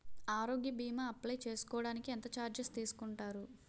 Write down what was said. ఆరోగ్య భీమా అప్లయ్ చేసుకోడానికి ఎంత చార్జెస్ తీసుకుంటారు?